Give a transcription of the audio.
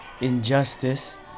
injustice